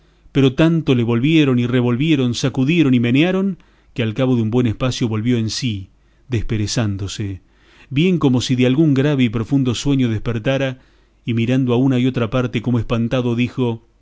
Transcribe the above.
pero tanto le volvieron y revolvieron sacudieron y menearon que al cabo de un buen espacio volvió en sí desperezándose bien como si de algún grave y profundo sueño despertara y mirando a una y otra parte como espantado dijo